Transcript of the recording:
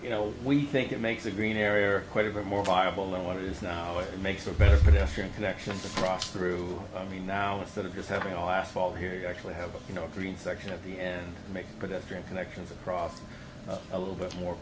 you know we think it makes a green area quite a bit more viable and what it is now it makes a better production connection to cross through i mean now instead of just having all asphalt here you actually have a you know green section of the end to make pedestrian connections across a little bit more